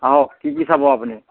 আহক কি কি চাব আপুনি